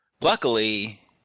luckily